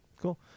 cool